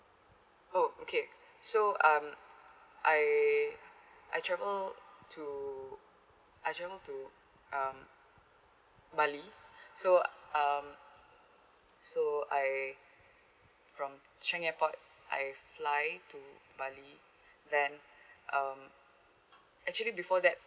oh okay so um I I travelled to I travelled to um bali so um so I from changi airport I fly to bali then um actually before that